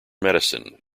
medicine